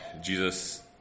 Jesus